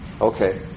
Okay